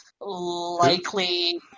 likely